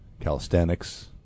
calisthenics